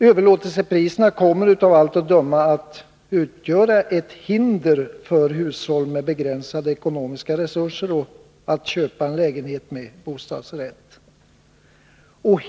Överlåtelsepriserna kommer av allt att döma att utgöra ett hinder för hushåll med begränsade ekonomiska resurser att köpa en lägenhet med bostadsrätt.